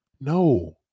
No